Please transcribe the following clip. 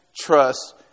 trust